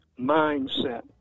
mindset